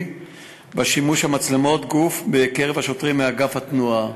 של שימוש במצלמות גוף בקרב שוטרים מאגף התנועה.